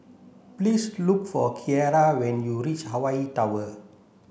please look for Kiera when you reach Hawaii Tower